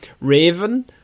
raven